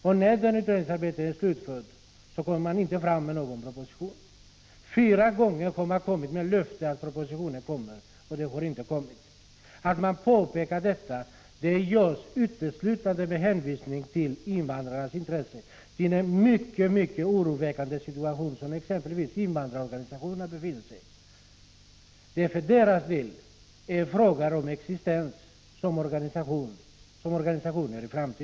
Fyra gånger har regeringen avgivit löften om att en proposition skall komma, men någon sådan har inte presenterats. Jag påpekar detta uteslutande med hänsyn till invandrarnas intressen och den utomordentligt oroväckande situation som exempelvis invandrarorganisationerna befinner sig i. För deras del är det fråga om deras framtida existens som organisationer.